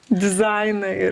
dizainą ir